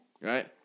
right